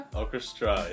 orchestra